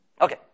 Okay